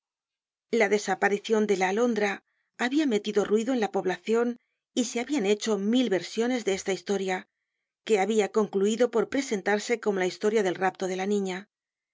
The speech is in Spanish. la desaparicion de la alondra habia metido ruido en la poblacion y se habian hecho mil versiones de esta historia que habia concluido por presentarse como la historia del rapto de la niña